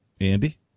Andy